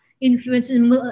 influences